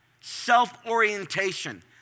self-orientation